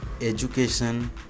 education